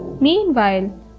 Meanwhile